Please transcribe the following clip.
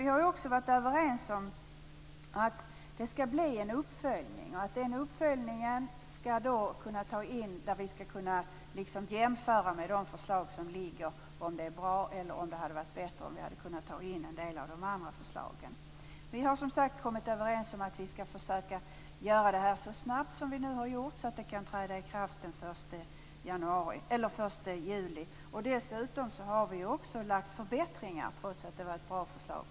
Vi har dock även varit överens om att det skall bli en uppföljning, där vi skall kunna utvärdera de andra förslag som föreligger och ta ställning till om en del av dem kan införas i lagstiftningen. Vi har alltså kommit överens om att genomföra lagen så snabbt att den kan träda i kraft den 1 juli. Vi har dessutom föreslagit förbättringar i det från början i och för sig goda förslaget.